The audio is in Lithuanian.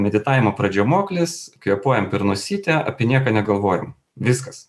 meditavimo pradžiamokslis kvėpuojam per nosytę apie nieką negalvojam viskas